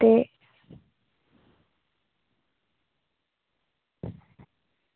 ते